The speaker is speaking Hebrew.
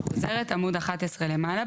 אני חוזרת, עמוד 11 למעלה.